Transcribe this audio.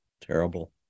Terrible